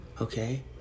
okay